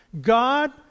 God